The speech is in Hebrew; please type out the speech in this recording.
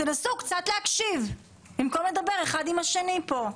תנסו קצת להקשיב במקום לדבר אחד עם השני פה.